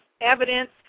evidence